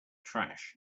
trash